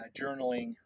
Journaling